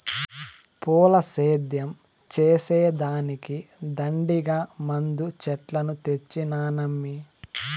పూల సేద్యం చేసే దానికి దండిగా మందు చెట్లను తెచ్చినానమ్మీ